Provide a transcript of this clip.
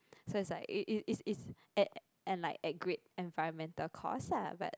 so it's like it's it's it's it's at at like a great environmental cause lah but